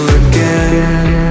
again